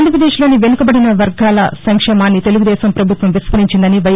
ఆంధ్రప్రదేశ్లోని వెనుకబడిన వర్గాల సంక్షేమాన్ని తెలుగుదేశం ప్రభుత్వం విస్మరించిందని వై